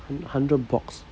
hun~ hundred box